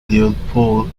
leopold